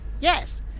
Yes